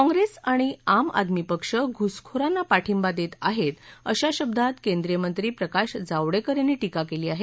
काँप्रेस आणि आम आदमी पक्ष घुसखोरांना पाठिंबा देत आहेत अशा शब्दात केंदीय मंत्री प्रकाश जावडेकर यांनी टीका केली आहे